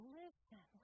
listen